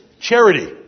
charity